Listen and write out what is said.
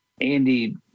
Andy